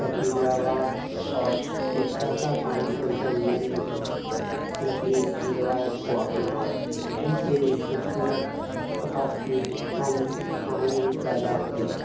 تقریبات اور مشترکہ کاموں کے ذریعے ایک دوسرے کی روایت کو اپنایا جس سے ایک خوبصورت ثقافتی ہم آہنگی پیدا ہوئی